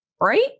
right